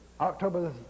October